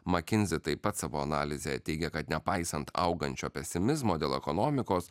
makinzi taip pat savo analizėje teigia kad nepaisant augančio pesimizmo dėl ekonomikos